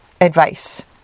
advice